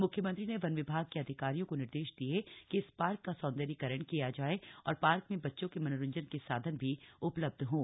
म्ख्यमंत्री ने वन विभाग के अधिकारियों को निर्देश दिये कि इस पार्क का सौन्दर्यीकरण किया जाय और पार्क में बच्चों के मनोरंजन के साधन भी उपलब्ध हों